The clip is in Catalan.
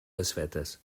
desfetes